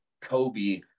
Kobe